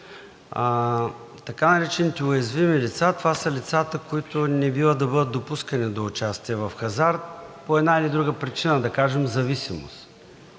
така наречените уязвими лица, това са лицата, които не бива да бъдат допускани до участие в хазарт по една или друга причина, да кажем зависимите,